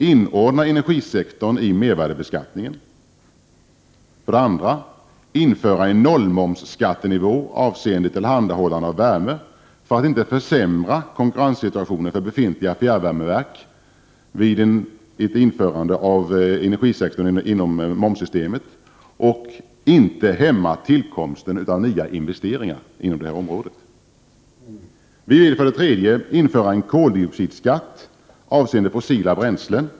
Inordna energisektorn i mervärdebeskattningen. 2. Införa 0-momsskattenivå avseende tillhandahållande av värme, för att inte försämra konkurrenssituationen för befintliga fjärrvärmeverk vid ett införande av energisektorn inom momssystemet och inte hämma tillkomsten av nya investeringar på detta område. 3. Införa en koldioxidskatt avseende fossila bränslen.